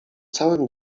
całym